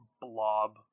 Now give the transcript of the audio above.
blob